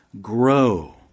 grow